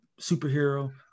superhero